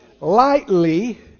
Lightly